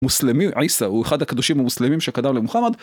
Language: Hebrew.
מוסלמי עיסא הוא אחד הקדושים המוסלמים שקדם למוחמד.